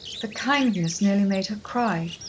the kindness nearly made her cry.